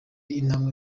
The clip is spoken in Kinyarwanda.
intambwe